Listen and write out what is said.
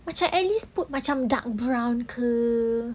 macam at least put macam dark brown ke apa